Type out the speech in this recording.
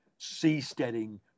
seasteading